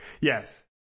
Yes